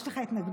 יש לך התנגדות?